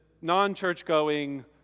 non-church-going